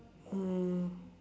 um